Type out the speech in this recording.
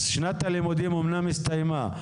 אז שנת הלימודים אומנם הסתיימה,